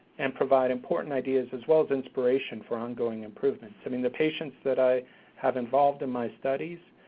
and provide important ideas, as well as inspiration for ongoing improvement. i mean, the patients that i have involved in my studies,